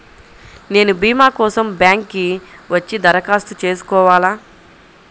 నేను భీమా కోసం బ్యాంక్కి వచ్చి దరఖాస్తు చేసుకోవాలా?